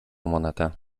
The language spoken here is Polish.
monetę